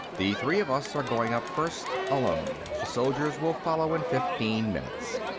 the three of us are going up first, alone. the soldiers will follow in fifteen minutes.